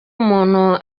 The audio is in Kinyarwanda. umuntu